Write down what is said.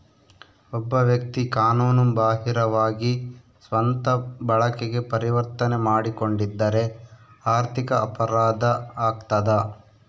ಒಬ್ಬ ವ್ಯಕ್ತಿ ಕಾನೂನು ಬಾಹಿರವಾಗಿ ಸ್ವಂತ ಬಳಕೆಗೆ ಪರಿವರ್ತನೆ ಮಾಡಿಕೊಂಡಿದ್ದರೆ ಆರ್ಥಿಕ ಅಪರಾಧ ಆಗ್ತದ